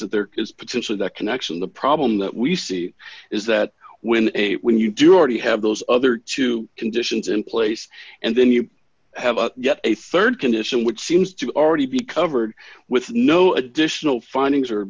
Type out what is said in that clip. that there is potentially that connection the problem that we see is that when a when you do already have those other two conditions in place and then you have yet a rd condition which seems to already be covered with no additional findings